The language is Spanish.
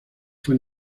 fue